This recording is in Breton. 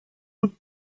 out